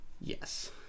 Yes